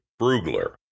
Brugler